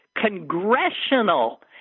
Congressional